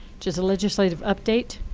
which is a legislative update,